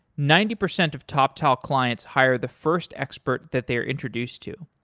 ninety percent of toptal clients hire the first expert that they're introduced to.